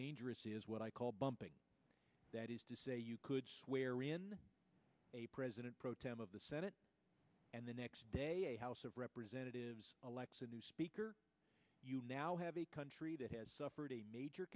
dangerous is what i call bumping that is to say you could swear in a president pro tem of the senate and the next day a house of representatives alexa new speaker you now have a country that has suffered a major